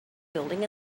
building